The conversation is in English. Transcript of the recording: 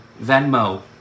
venmo